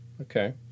Okay